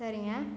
சரிங்க